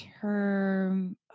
term